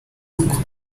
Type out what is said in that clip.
ngo